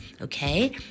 Okay